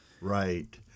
Right